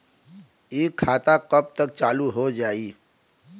इ खाता कब तक चालू हो जाई?